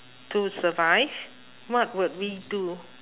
to survive what would we do